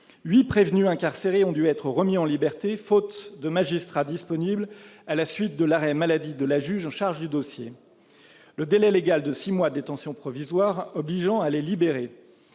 prévenus incarcérés ont dû être remis en liberté faute de magistrats disponibles, à la suite de l'arrêt maladie de la juge chargée du dossier, le délai légal de six mois de détention provisoire obligeant à les libérer.